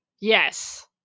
Yes